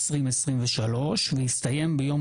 30.04.2023, ויסתיים ביום